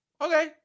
okay